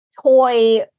toy